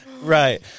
Right